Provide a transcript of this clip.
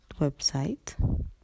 website